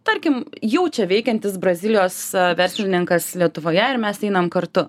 tarkim jau čia veikiantis brazilijos verslininkas lietuvoje ir mes einam kartu